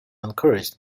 encouraged